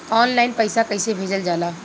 Online पैसा कैसे भेजल जाला?